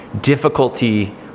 difficulty